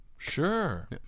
Sure